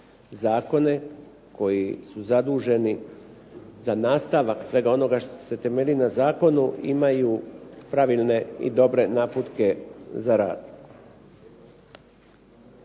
zakone, koji su zaduženi za nastavak svega onoga što se temelji na zakonu imaju pravilne i dobre naputke za rad.